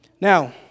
Now